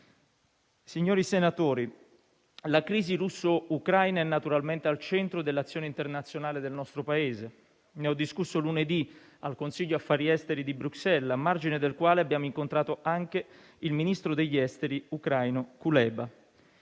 Signori senatori, la crisi russo-ucraina è naturalmente al centro dell'azione internazionale del nostro Paese. Ne ho discusso lunedì al Consiglio affari esteri di Bruxelles, al margine del quale abbiamo incontrato anche il ministro degli esteri ucraino Kuleba.